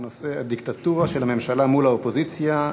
בנושא: הדיקטטורה של הממשלה מול האופוזיציה,